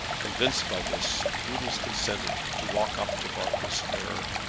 convinced by this, doodles consented to walk up to berkeley square.